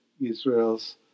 Israel's